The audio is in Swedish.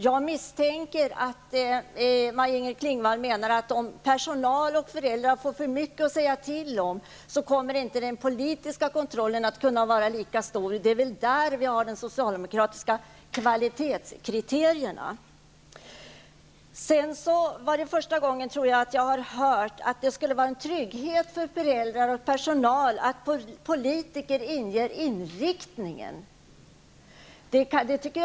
Jag misstänker att Maj-Inger Klingvall menar att om personal och föräldrar får mycket att säga till om kommer inte den politiska kontrollen att kunna vara lika stor. Det är väl där vi har de socialdemokratiska kvalitetskriterierna. Det här är första gången jag har hört att det skulle vara en trygghet för föräldrar och personal att politiker bestämmer inriktningen på verksamheten.